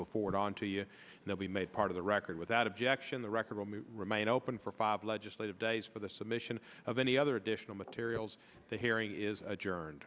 will forward on to you know be made part of the record without objection the record will remain open for five legislative days for the submission of any other additional materials the hearing is adjourn